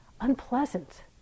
unpleasant